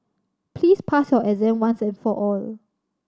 please pass your exam once and for all